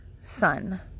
son